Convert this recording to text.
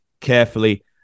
carefully